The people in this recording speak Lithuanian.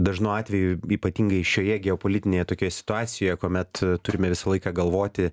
dažnu atveju ypatingai šioje geopolitinėje tokioje situacijoje kuomet turime visą laiką galvoti